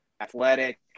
athletic